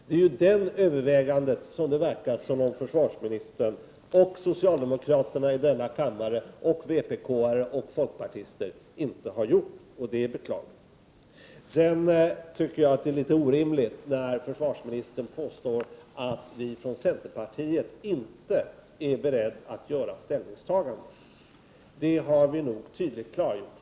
Det verkar som om försvarsministern, socialdemokraterna här i kammaren, vpk-are och folkpartister inte har gjort det övervägandet, och det är beklagligt. Jag tycker att det är litet orimligt av försvarsministern att påstå att vi från centerpartiet inte är beredda att göra några ställningstaganden. Det har vi nog tydligt klargjort.